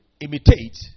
imitate